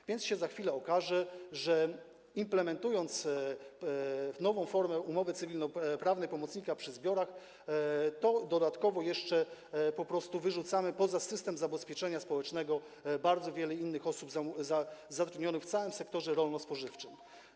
A więc za chwilę okaże się, że implementując nową formę umowy cywilnoprawnej pomocnika przy zbiorach, dodatkowo jeszcze po prostu wyrzucamy poza system zabezpieczenia społecznego bardzo wiele innych osób zatrudnionych w całym sektorze rolno-spożywczym.